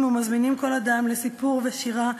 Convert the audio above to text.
ומזמינים כל אדם לסיפור ושירה ומחשבה,